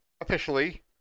officially